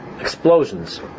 explosions